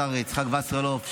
השר יצחק וסרלאוף,